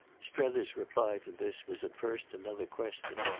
strether's reply to this was at first another question.